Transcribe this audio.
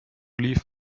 leave